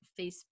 Facebook